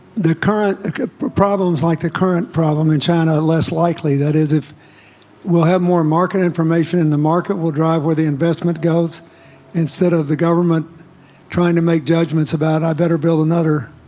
the current problems like a current problem in china less likely that is if we'll have more market information in the market will drive where the investment goes instead of the government trying to make judgments about i better build another